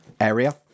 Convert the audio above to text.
area